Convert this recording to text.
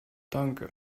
danke